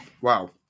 Wow